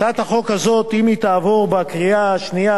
הצעת החוק הזאת, אם היא תעבור בקריאה השנייה